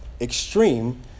extreme